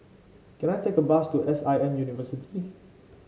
can I take a bus to S I M University